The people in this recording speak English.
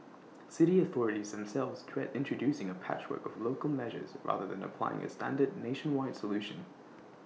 city authorities themselves dread introducing A patchwork of local measures rather than applying A standard nationwide solution